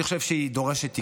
אני חושב שהיא דורשת תיקונים,